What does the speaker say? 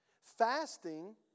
Fasting